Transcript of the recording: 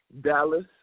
Dallas